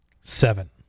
seven